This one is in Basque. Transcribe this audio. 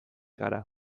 gara